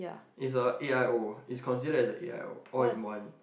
it's a A_I_O it's considered as a A_I_O all in one